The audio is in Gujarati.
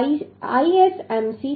ISMC300